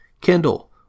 Kindle